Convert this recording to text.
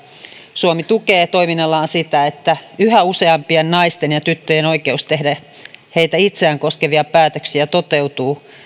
suomi tukee toiminnallaan sitä että yhä useampien naisten ja tyttöjen oikeus tehdä heitä itseään koskevia päätöksiä toteutuu